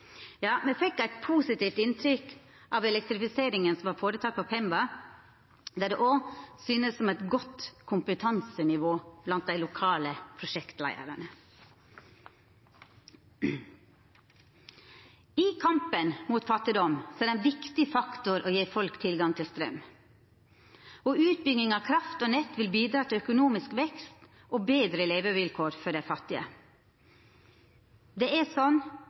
Me fekk eit positivt inntrykk av elektrifiseringa på Pemba, der det òg syntest som om det var eit godt kompetansenivå blant dei lokale prosjektleiarane. I kampen mot fattigdom er det ein viktig faktor å gje folk tilgang til straum. Utbygging av kraft og nett vil bidra til økonomisk vekst og betre levekår for dei fattige. Rundt 1,3 milliardar er